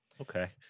Okay